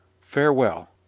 Farewell